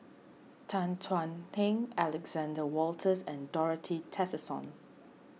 Tan Thuan Heng Alexander Wolters and Dorothy Tessensohn